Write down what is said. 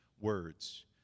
words